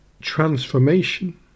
transformation